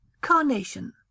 Carnation